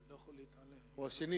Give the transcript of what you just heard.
או שני,